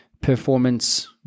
performance